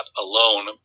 alone